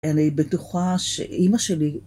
אני בטוחה שאימא שלי...